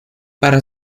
para